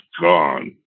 gone